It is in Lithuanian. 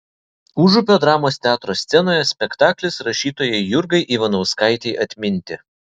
užupio dramos teatro scenoje spektaklis rašytojai jurgai ivanauskaitei atminti